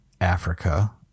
Africa